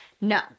No